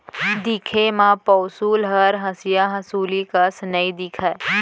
दिखे म पौंसुल हर हँसिया हँसुली कस नइ दिखय